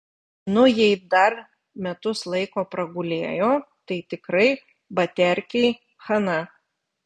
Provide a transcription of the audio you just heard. nu jei dar metus laiko pragulėjo tai tikrai baterkei chana